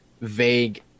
vague